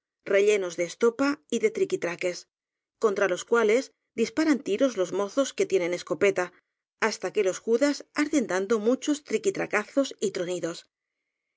rellenos de estopa y de triquitraques contra los cuales disparan tiros los mozos que tienen escopeta hasta que los judas arden dando mu chos triquitracazos y tronidos